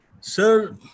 Sir